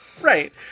Right